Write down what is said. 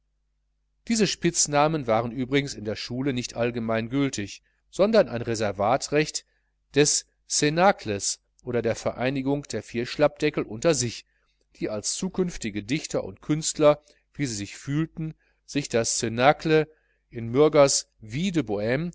diese spitznamen waren übrigens in der schule nicht allgemein gültig sondern ein reservatrecht des cnacles oder der vereinigung der vier schlappdeckel unter sich die als zukünftige dichter und künstler wie sie sich fühlten sich das cnacle in mürgers